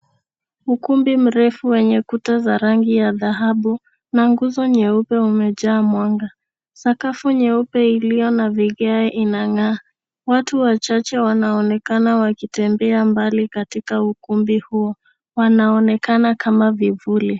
Ukumbi mrefu wenye kuta za rangi ya dhahabu na nguzo nyeupe umejaa mwanga. Sakafu nyeupe iliona vigae inang'aa. Watu wachache wanaonekana wakitembea mbali katika ukumbi huo, wanaonekana kama vivuli.